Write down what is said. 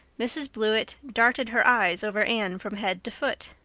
mrs. blewett darted her eyes over anne from head to foot.